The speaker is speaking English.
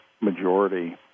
majority